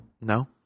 No